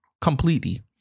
Completely